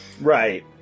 Right